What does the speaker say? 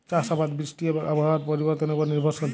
চাষ আবাদ বৃষ্টি এবং আবহাওয়ার পরিবর্তনের উপর নির্ভরশীল